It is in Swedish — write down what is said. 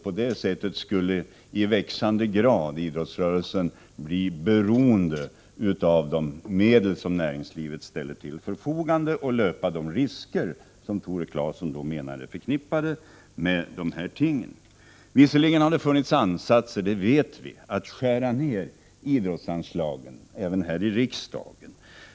På det sättet skulle i växande grad idrottsrörelsen bli beroende av de medel som näringslivet ställer till förfogande, och löpa de risker som Tore Claeson menar är förknippade med detta. Visserligen har det funnits ansatser — det vet vi — att skära ned idrottsanslagen, även här i riksdagen.